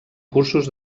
cursos